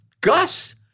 Gus